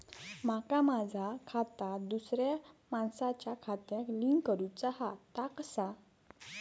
माका माझा खाता दुसऱ्या मानसाच्या खात्याक लिंक करूचा हा ता कसा?